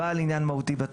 "בעל עניין מהותי",